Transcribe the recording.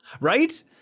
right